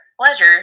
pleasure